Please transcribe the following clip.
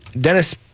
Dennis